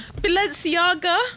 Balenciaga